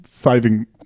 Saving